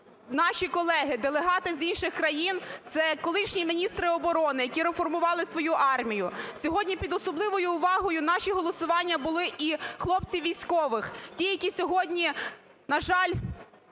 наші колеги, делегати з інших країн, це колишні міністри оборони, які реформували свою армію. Сьогодні під особливою увагою наші голосування були і хлопців військових, ті, які сьогодні, на жаль,